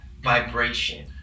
vibration